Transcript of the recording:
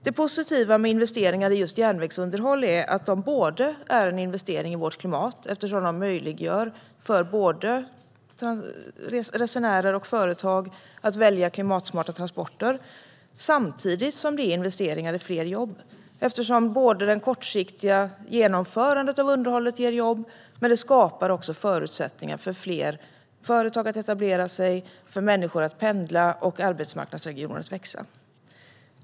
Det positiva med investeringar i just järnvägsunderhåll är att de är en investering i vårt klimat eftersom de möjliggör för både resenärer och företag att välja klimatsmarta transporter samtidigt som de är investeringar i fler jobb. Det kortsiktiga genomförandet av underhållet ger jobb, men det skapar också förutsättningar för fler företag att etablera sig, för människor att pendla och för arbetsmarknadsregioner att växa.